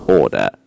order